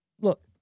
look